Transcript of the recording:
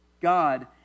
God